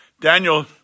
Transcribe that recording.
Daniel